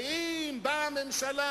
ואם באה הממשלה,